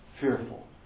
fearful